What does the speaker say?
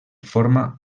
forma